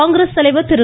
காங்கிரஸ் தலைவர் திரு